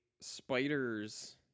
spiders